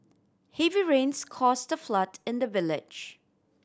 heavy rains caused a flood in the village